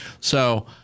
So-